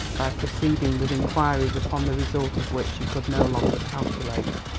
by proceeding with inquiries upon the result of which she could no longer calculate?